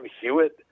Hewitt